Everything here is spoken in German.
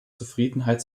zufriedenheit